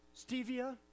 stevia